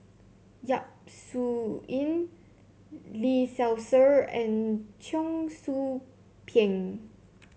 Yap Su Yin Lee Seow Ser and Cheong Soo Pieng